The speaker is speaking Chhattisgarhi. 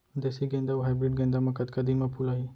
देसी गेंदा अऊ हाइब्रिड गेंदा म कतका दिन म फूल आही?